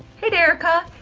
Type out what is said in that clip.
hey derica!